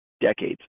decades